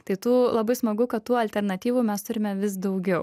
tai tų labai smagu kad tų alternatyvų mes turime vis daugiau